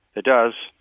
it does.